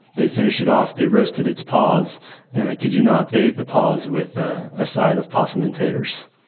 they finished it off. they roasted its paws and, i kid you not, they ate the paws with a ah side of possum and taters